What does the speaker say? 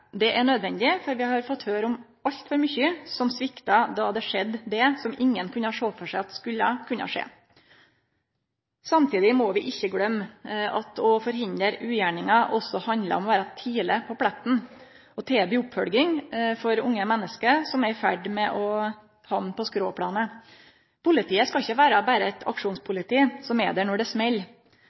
Det er nødvendig, for vi har fått høyre om altfor mykje som svikta då det skjedde som ingen kunne sjå for seg skulle skje. Samstundes må vi ikkje gløyme at å forhindre ugjerningar også handlar om å vere tidleg på pletten og tilby oppfølging for unge menneske som er i ferd med å hamne på skråplanet. Politiet skal ikkje vere berre eit aksjonspoliti som er der når det